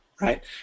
right